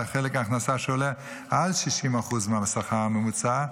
חלק ההכנסה שעולה על 60% מהשכר הממוצע,